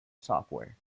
software